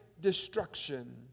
destruction